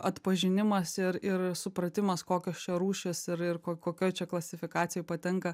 atpažinimas ir ir supratimas kokios čia rūšys ir ir ko kokioj čia klasifikacijoj patenka